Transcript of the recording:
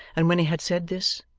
and when he had said this,